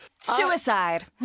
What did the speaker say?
Suicide